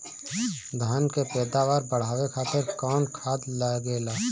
धान के पैदावार बढ़ावे खातिर कौन खाद लागेला?